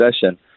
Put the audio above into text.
session